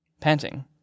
Panting